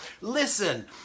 Listen